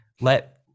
let